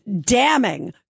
damning